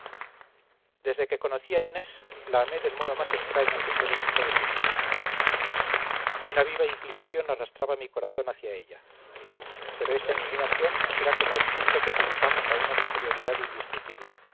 desde que conocí a inés la amé del modo más extraño que pueden ustedes imaginar una viva inclinación arrastraba mi corazón hacia ella pero esta inclinación era como el culto que tributamos a una superioridad indiscutible